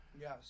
Yes